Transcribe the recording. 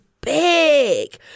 big